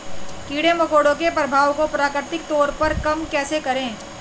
कीड़े मकोड़ों के प्रभाव को प्राकृतिक तौर पर कम कैसे करें?